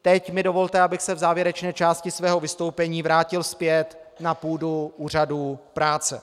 Teď mi dovolte, abych se v závěrečné části svého vystoupení vrátil zpět na půdu úřadů práce.